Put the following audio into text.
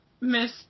miss